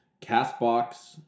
Castbox